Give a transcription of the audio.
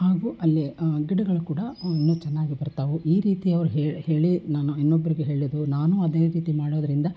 ಹಾಗೂ ಅಲ್ಲಿ ಗಿಡಗಳು ಕೂಡ ಇನ್ನೂ ಚೆನ್ನಾಗಿ ಬರ್ತವೆ ಈ ರೀತಿ ಅವ್ರು ಹೇಳಿ ನಾನು ಇನ್ನೊಬ್ಬರಿಗೆ ಹೇಳಿದ್ದು ನಾನೂ ಅದೇ ರೀತಿ ಮಾಡೋದರಿಂದ